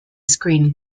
screen